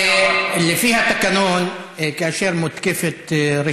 לפי התקנון, כאשר רשימה מותקפת,